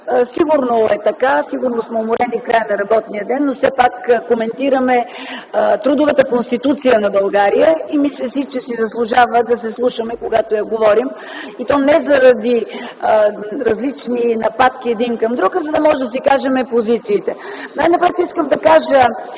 Сигурно е така, сигурно сме уморени в края на работния ден, но все пак коментираме трудовата конституция на България и си мисля, че си заслужава да се вслушваме, когато говорим за нея, и то не заради различни нападки един към друг, а за да можем да си кажем позициите. Най-напред искам да кажа